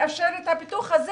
שתאפשר את הפיתוח הזה.